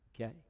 Okay